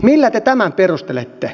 millä te tämän perustelette